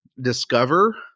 discover